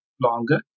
longer